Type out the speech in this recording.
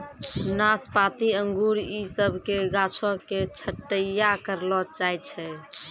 नाशपाती अंगूर इ सभ के गाछो के छट्टैय्या करलो जाय छै